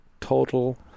total